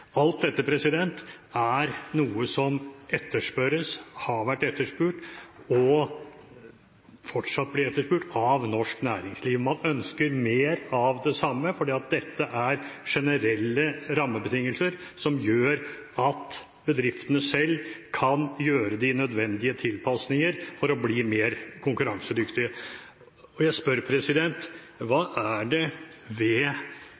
Alt dette er noe som etterspørres, har vært etterspurt og fortsatt vil bli etterspurt av norsk næringsliv. Man ønsker mer av det samme, for dette er generelle rammebetingelser som gjør at bedriftene selv kan gjøre de nødvendige tilpasninger for å bli mer konkurransedyktige. Og jeg spør: Hva er det ved